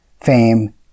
fame